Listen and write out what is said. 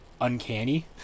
uncanny